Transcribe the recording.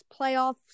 playoffs